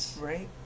Right